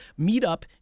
meetup